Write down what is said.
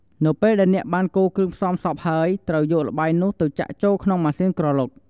នៅពេលដែលអ្នកបានកូរគ្រឿងផ្សំសព្វហើយ ត្រូវយកល្បាយនោះទៅចាក់ចូលក្នុង ម៉ាស៊ីនក្រឡុក។